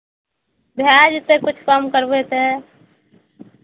भए जेतै किछु कम करबै तऽ